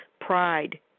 Pride